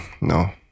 No